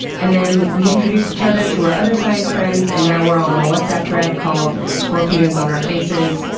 and then we introduced each other to our other science friends, and now we're all on and a whatsapp thread called scorpions on our faces.